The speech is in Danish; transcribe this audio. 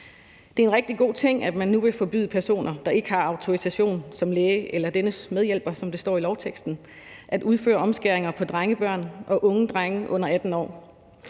Det er en rigtig god ting, at man nu vil forbyde personer, der ikke har autorisation som læge eller dennes medhjælp, som der står i lovteksten, at udføre omskæringer på drengebørn og unge drenge under 18 år.